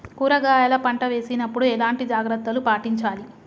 కూరగాయల పంట వేసినప్పుడు ఎలాంటి జాగ్రత్తలు పాటించాలి?